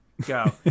Go